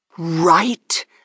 right